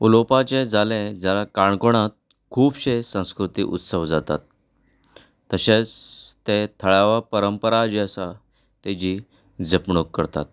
उलोवपाचें जालें जाल्यार काणकोणांत खुबशे संस्कृतीक उत्सव जातात तशेंच ते थळावे परंपरा जी आसा ताजी जपणूक करता